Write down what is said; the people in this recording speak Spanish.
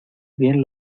bien